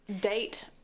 date